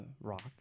rock